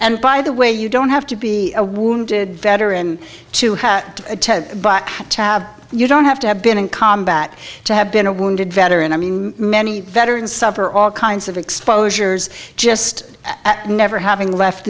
and by the way you don't have to be a wounded veteran to have to have you don't have to have been in combat to have been a wounded veteran i mean many veterans suffer all kinds of exposures just never having left